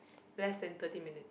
less than thirty minutes